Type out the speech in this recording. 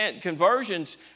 conversions